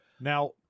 Now